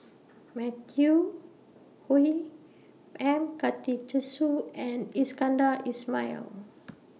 Matthew Ngui M Karthigesu and Iskandar Ismail